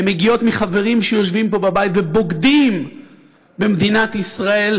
הן מגיעות מחברים שיושבים פה בבית ובוגדים במדינת ישראל,